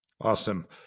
Awesome